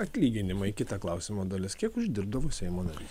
atlyginimai kita klausimo dalis kiek uždirbdavo seimo narys